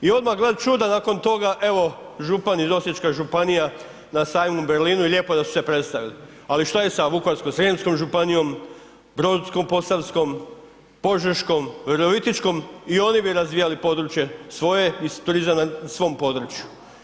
I odmah gle čuda, nakon toga evo župan iz Osječke županije na sajmu u Berlinu i lijepo da su se predstavili, ali što je sa Vukovarsko-srijemskom županijom, Brodsko-posavskom, Požeškom, Virovitičkom, i oni bi razvijali područje svoje i turizam na svom području.